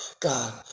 God